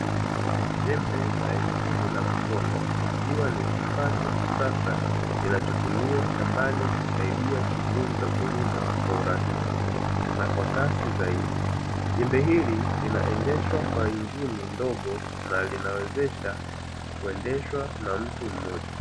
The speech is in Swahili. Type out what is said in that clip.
Jembe la injini la mkono ikiwa ni kifaa cha kisasa kinachotumiwa shambani kusaidia shughuli za kulima kwa urahisi, na kwa kasi zaidi. Jembe hili linaendeshwa kwa injini ndogo na linawezesha kuendeshwa na mtu mmoja.